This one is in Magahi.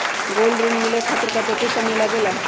गोल्ड ऋण मिले खातीर कतेइक समय लगेला?